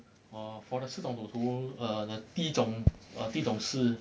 uh for the 四种赌徒 err the 第一种第一种是